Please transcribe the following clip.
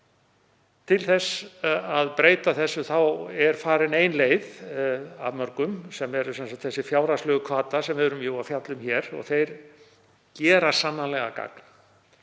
Til að breyta þessu er farin ein leið af mörgum sem eru þeir fjárhagslegu hvatar sem við erum að fjalla um hér. Þeir gera sannarlega gagn.